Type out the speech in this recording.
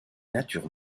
natures